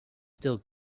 still